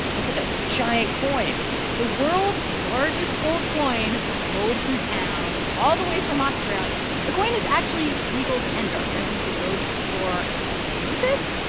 look at that giant coin the world's largest gold coin rolled through town, all the way from australia. the coin is actually legal tender. apparently, you could go to a store and use it?